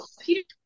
Peter